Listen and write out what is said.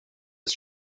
his